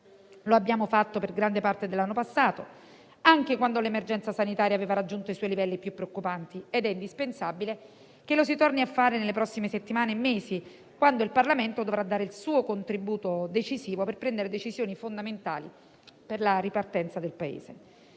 Lo abbiamo fatto per gran parte dell'anno passato, anche quando l'emergenza sanitaria aveva raggiunto i suoi livelli più preoccupanti, ed è indispensabile che lo si torni a fare nelle prossime settimane e mesi, quando il Parlamento dovrà dare il suo contributo decisivo per prendere decisioni fondamentali per la ripartenza del Paese.